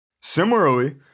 Similarly